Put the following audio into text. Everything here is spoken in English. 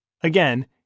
Again